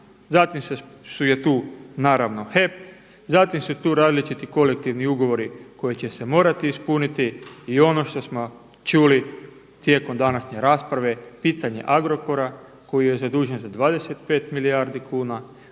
Zatim je tu naravno HEP. Zatim su tu različiti kolektivni ugovori koji će se morati ispuniti. I ono što smo čuli tijekom današnje rasprave pitanje Agrokora koji je zadužen za 25 milijardi kuna,